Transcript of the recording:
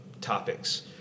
topics